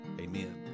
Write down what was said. Amen